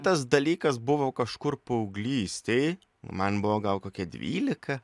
tas dalykas buvo kažkur paauglystėj man buvo gal kokie dvylika